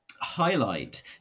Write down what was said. highlight